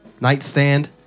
nightstand